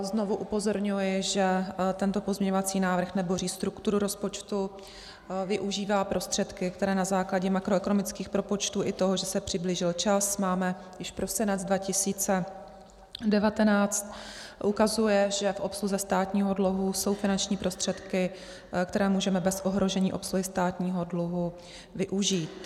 Znovu upozorňuji, že tento pozměňovací návrh neboří strukturu rozpočtu, využívá prostředky, které na základě makroekonomických propočtů i toho, že se přiblížil čas, máme již prosinec 2019, ukazuje, že v obsluze státního dluhu jsou finanční prostředky, které můžeme bez ohrožení obsluhy státního dluhu využít.